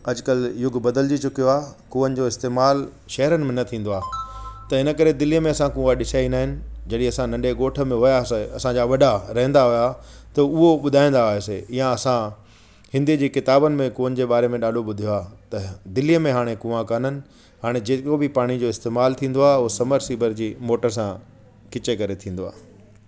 अॼुकल्ह युग बदलजी चुकियो आ कुअनि जो इस्तेमालु शहरनि में न थींदो आहे त हिन करे दिल्ली में असां कुआ ॾिसिया ई न आहिनि जॾहिं असां नंढे ॻोठ में विया असांजा वॾा रहंदा हुआ त उहे ॿुधाईंदा हुआसीं या असां हिंदी जी किताबनि में कुअनि जे बारे में ॾाढो ॿुधियो आहे त दिल्लीअ में हाणे कुआ काननि हाणे जेको बि पाणी जो इस्तेमालु थींदो आहे उहा समर सेवर जी मोटर सां खिचे करे थींदो आहे